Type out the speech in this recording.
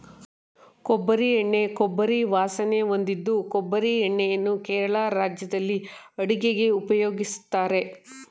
ಕೊಬ್ಬರಿ ಎಣ್ಣೆ ಕೊಬ್ಬರಿ ವಾಸನೆ ಹೊಂದಿದ್ದು ಕೊಬ್ಬರಿ ಎಣ್ಣೆಯನ್ನು ಕೇರಳ ರಾಜ್ಯದಲ್ಲಿ ಅಡುಗೆಗೆ ಉಪಯೋಗಿಸ್ತಾರೆ